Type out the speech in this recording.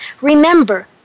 Remember